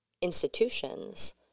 institutions